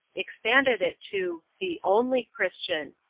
expanded it to the only christian.